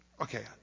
Okay